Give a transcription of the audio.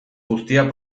guztia